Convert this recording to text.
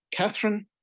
Catherine